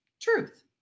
truth